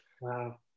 wow